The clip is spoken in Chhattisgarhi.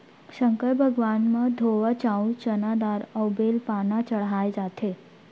संकर भगवान म धोवा चाउंर, चना दार अउ बेल पाना चड़हाए जाथे